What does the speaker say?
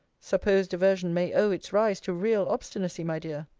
supposed aversion may owe its rise to real obstinacy, my dear.